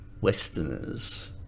Westerners